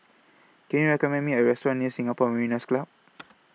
Can YOU recommend Me A Restaurant near Singapore Mariners' Club